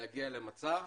למצב